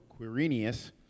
Quirinius